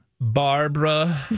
Barbara